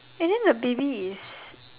and then the baby is